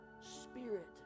Spirit